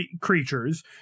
creatures